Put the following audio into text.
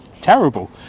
terrible